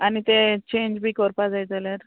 आनी ते चेंज बी कोरपा जाय जाल्यार